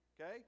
okay